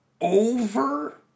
over